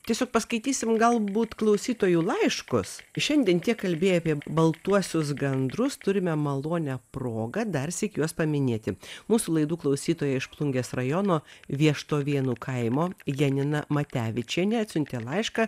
tiesiog paskaitysim galbūt klausytojų laiškus šiandien tiek kalbėjai apie baltuosius gandrus turime malonią progą darsyk juos paminėti mūsų laidų klausytoja iš plungės rajono vieštovėnų kaimo janina matevičienė atsiuntė laišką